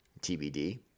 TBD